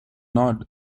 not